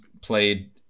played